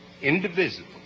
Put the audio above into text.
indivisible